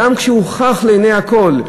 וזה גם הוכח לעיני כול.